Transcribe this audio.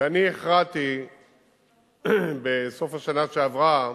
ואני הכרעתי בסוף השנה שעברה,